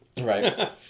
right